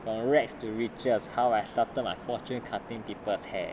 from rags to riches how I started my fortune cutting people's hair